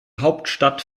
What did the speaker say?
hauptstadt